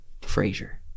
Fraser